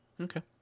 Okay